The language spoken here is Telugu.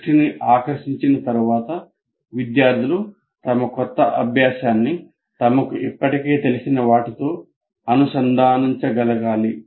దృష్టిని ఆకర్షించిన తరువాత విద్యార్థులు తమ కొత్త అభ్యాసాన్ని తమకు ఇప్పటికే తెలిసిన వాటితో అనుసంధానించగలగాలి